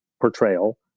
portrayal